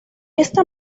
esta